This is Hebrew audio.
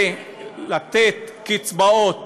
זה לתת קצבאות